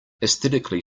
aesthetically